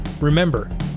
remember